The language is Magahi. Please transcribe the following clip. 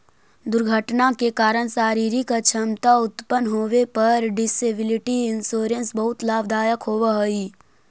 दुर्घटना के कारण शारीरिक अक्षमता उत्पन्न होवे पर डिसेबिलिटी इंश्योरेंस बहुत लाभदायक होवऽ हई